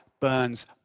burns